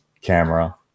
camera